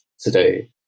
today